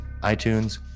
iTunes